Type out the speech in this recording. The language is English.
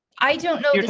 i don't know,